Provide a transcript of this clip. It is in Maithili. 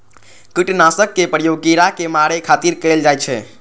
कीटनाशक के प्रयोग कीड़ा कें मारै खातिर कैल जाइ छै